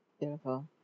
Beautiful